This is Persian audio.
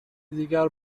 دیگر